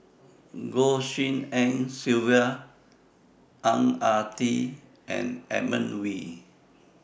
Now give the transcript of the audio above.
Goh Tshin En Sylvia Ang Ah Tee and Edmund Wee